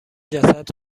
جسد